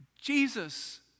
Jesus